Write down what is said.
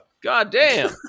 Goddamn